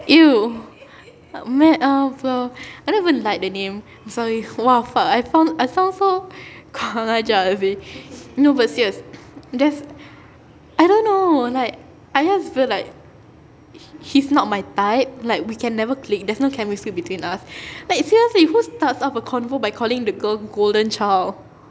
!eww! mad ah bro I don't even like the name sorry !wah! fuck I found I sound so kurang ajar seh no but serious that's I don't know like I just feel like he's not my type like we can never click there's no chemistry between us like seriously who starts up a convo by calling the girl golden child